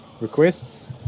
requests